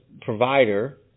provider